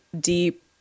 deep